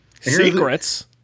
Secrets